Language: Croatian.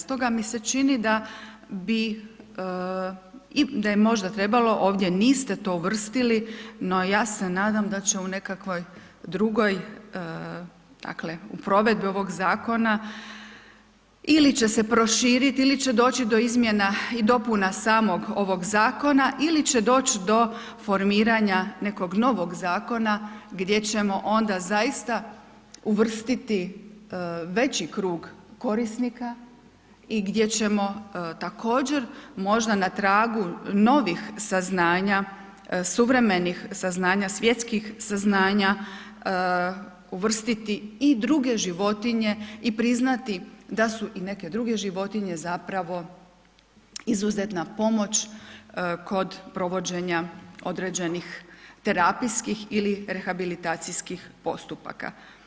Stoga mi se čini da bi, da je možda trebalo ovdje niste to uvrstili, no ja se nadam da će u nekakvoj drugoj, dakle u provedbi ovog zakona ili će se proširiti ili će doći do izmjena i dopuna samog ovog zakona ili će doći do formiranja nekog novog zakona gdje ćemo onda zaista uvrstiti veći krug korisnika i gdje ćemo također možda na tragu novih saznanja, suvremenih saznanja, svjetskih saznanja uvrstiti i druge životinje i priznati da su i neke druge životinje zapravo izuzetna pomoć kod provođenja određenih terapijskih ili rehabilitacijskih postupaka.